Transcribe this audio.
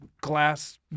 glass